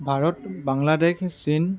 ভাৰত বাংলাদেশ চীন